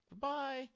Bye